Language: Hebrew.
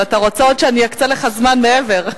ואתה רוצה עוד שאני אקצה לך זמן מעבר?